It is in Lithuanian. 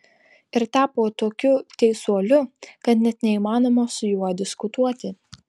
ir tapo tokiu teisuoliu kad net neįmanoma su juo diskutuoti